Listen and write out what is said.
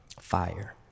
fire